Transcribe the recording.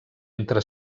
entre